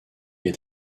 est